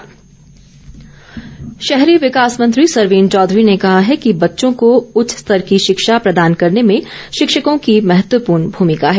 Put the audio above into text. सरवीण चौधरी शहरी विकास मंत्री सरवीण चौधरी ने कहा है कि बच्चों को उच्च स्तर की शिक्षा प्रदान करने में शिक्षकों की महत्वपूर्ण भूमिका है